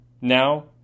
Now